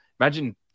imagine